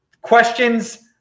questions